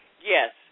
Yes